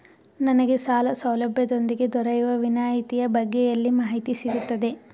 ನನಗೆ ಸಾಲ ಸೌಲಭ್ಯದೊಂದಿಗೆ ದೊರೆಯುವ ವಿನಾಯತಿಯ ಬಗ್ಗೆ ಎಲ್ಲಿ ಮಾಹಿತಿ ಸಿಗುತ್ತದೆ?